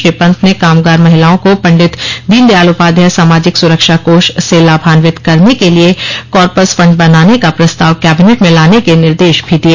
श्री पन्त ने कामगार महिलाओं को पण्डित दीन दयाल उपाध्याय सामाजिक सुरक्षा कोष से लाभान्वित करने के लिए कॉरपस फंड बनाने का प्रस्ताव कैबिनेट में लाने के निर्देश भी दिए